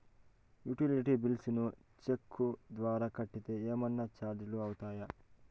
Utility bills ను cheque ద్వారా కట్టితే ఏమన్నా చార్జీలు అవుతాయా?